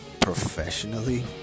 Professionally